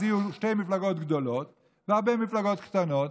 אז יהיו שתי מפלגות גדולות והרבה מפלגות קטנות,